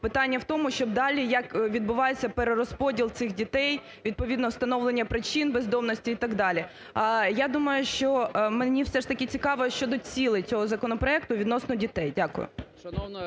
питання в тому, щоб далі, як відбувається перерозподіл цих дітей, відповідно встановлення причин бездомності і так далі. Я думаю, що… мені все ж таки цікаво щодо цілей цього законопроекту відносно дітей. Дякую.